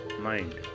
mind